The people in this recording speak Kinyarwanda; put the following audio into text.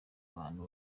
abantu